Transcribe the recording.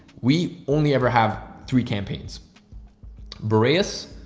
we only ever have three campaigns boreas,